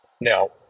Now